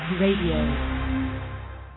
radio